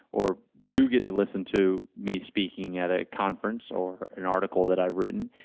or do get to listen to me speaking at a conference or an article that i've written.